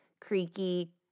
creaky